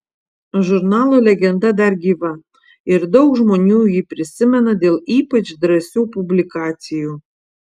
žurnalo legenda dar gyva ir daug žmonių jį prisimena dėl ypač drąsių publikacijų